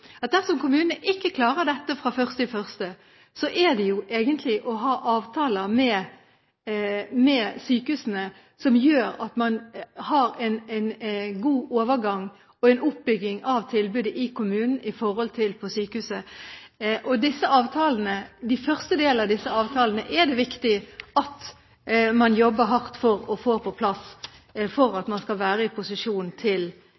at dersom kommunene ikke klarer dette fra 1. januar, er det jo det å ha avtaler med sykehusene som gjør at man har en god overgang og en oppbygging av tilbudet i kommunen i forhold til på sykehuset. Første delen av disse avtalene er det viktig at man jobber hardt for å få på plass, slik at man skal være i posisjon til